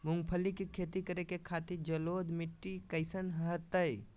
मूंगफली के खेती करें के खातिर जलोढ़ मिट्टी कईसन रहतय?